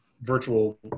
virtual